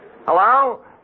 Hello